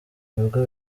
nubwo